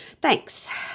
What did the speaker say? Thanks